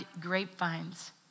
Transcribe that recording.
grapevines